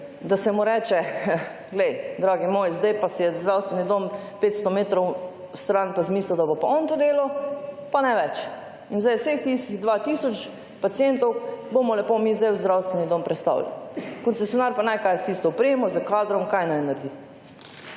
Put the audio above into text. da se mu reče, poglej dragi moj, sedaj pa si je zdravstveni dom 500 metrov stran, pa si misli, da bo pa on to delal, pa ne več. In sedaj vseh tistih 2 tisoč pacientov bomo lepo mi sedaj v zdravstveni dom prestavili. Koncesionar pa naj, kaj s ti sto opremo, s kadrom – kaj naj naredi?